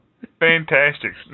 Fantastic